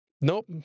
nope